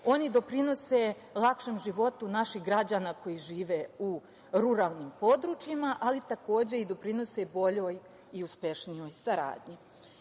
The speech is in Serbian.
Oni doprinose lakšem životu naših građana koji žive u ruralnim područjima, ali takođe i doprinose boljoj i uspešnijoj saradnji. Kada